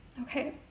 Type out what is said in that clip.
Okay